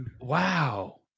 wow